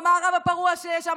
המערב הפרוע שיש שם,